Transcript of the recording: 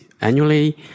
annually